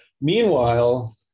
Meanwhile